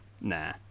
Nah